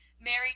Mary